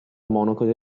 monaco